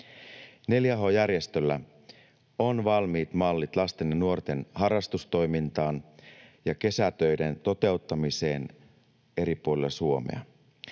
4H-järjestöllä on valmiit mallit lasten ja nuorten harrastustoimintaan ja kesätöiden toteuttamiseen eri puolilla Suomea.